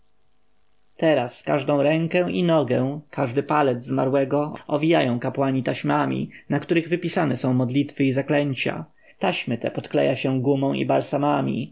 teraz każdą rękę i nogę każdy palec zmarłego owijają kapłani taśmami na których wypisane są modlitwy i zaklęcia taśmy te podkleja się gumą i